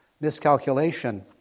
miscalculation